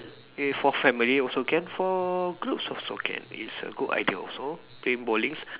eh for family also can for groups also can it's a good idea also playing bowlings